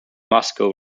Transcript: moscow